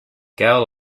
girl